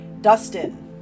Dustin